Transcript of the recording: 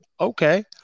Okay